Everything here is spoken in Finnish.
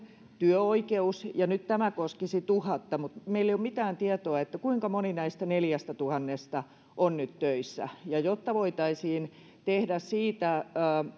työoikeus ja nyt tämä koskisi tuhatta mutta ei ole mitään tietoa kuinka moni näistä neljästätuhannesta on nyt töissä jotta voitaisiin tehdä